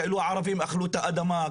כאילו ערבים אכלו את האדמה,